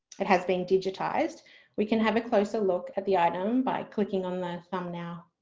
it has been digitized we can have a closer look at the item by clicking on the thumbnail.